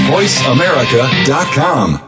VoiceAmerica.com